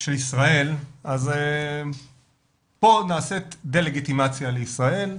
של ישראל, אז פה נעשית דה-לגיטימציה לישראל.